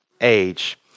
age